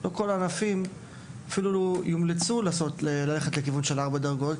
לא לכל הענפים אפילו יומלץ ללכת לכיוון של ארבע דרגות,